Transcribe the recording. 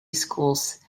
schools